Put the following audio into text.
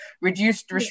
reduced